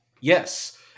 Yes